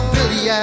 Billy